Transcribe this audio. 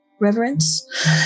reverence